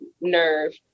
nerve